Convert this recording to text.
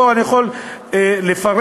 פה נכון לפרט,